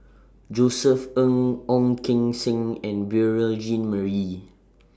Josef Ng Ong Keng Sen and Beurel Jean Marie